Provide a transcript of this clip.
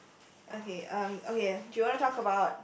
okay um okay do you want to talk about